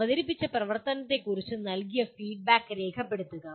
അവതരിപ്പിച്ച പ്രവർത്തനത്തെക്കുറിച്ച് നൽകിയ ഫീഡ്ബാക്ക് രേഖപ്പെടുത്തുക